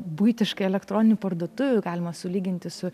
buitiškai elektroninių parduotuvių galima sulyginti su